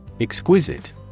Exquisite